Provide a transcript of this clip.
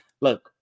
Look